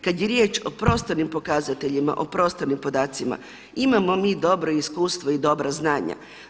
Kad je riječ o prostornim pokazateljima, o prostornim podacima imamo mi dobro iskustvo i dobra znanja.